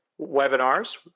webinars